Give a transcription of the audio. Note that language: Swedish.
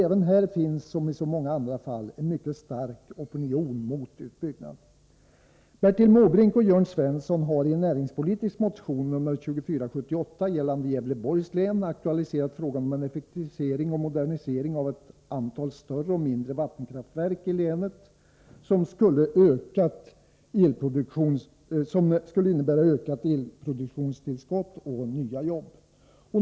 Även här finns som i så många andra fall en mycket stark opinion mot utbyggnad. Bertil Måbrink och Jörn Svensson har i en näringspolitisk motion, 2478, gällande Gävleborgs län aktualiserat frågan om effektivisering och modernisering av ett antal större och mindre vattenkraftverk i länet som skulle innebära ett ökat elproduktionstillskott och nya jobb.